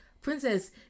princess